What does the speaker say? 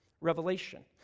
revelation